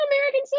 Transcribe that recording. American